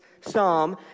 psalm